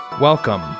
Welcome